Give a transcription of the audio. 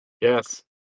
Yes